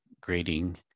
grading